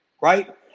right